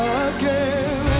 again